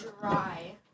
dry